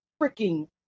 freaking